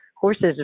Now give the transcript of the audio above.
horses